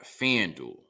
FanDuel